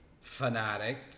fanatic